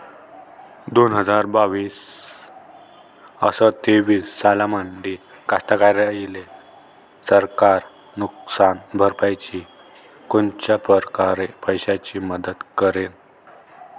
दोन हजार बावीस अस तेवीस सालामंदी कास्तकाराइले सरकार नुकसान भरपाईची कोनच्या परकारे पैशाची मदत करेन?